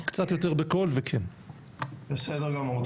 בסדר גמור.